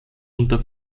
unter